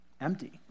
empty